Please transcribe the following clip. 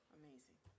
amazing